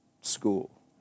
school